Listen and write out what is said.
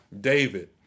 David